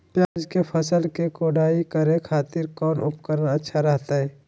प्याज के फसल के कोढ़ाई करे खातिर कौन उपकरण अच्छा रहतय?